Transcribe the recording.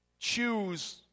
Choose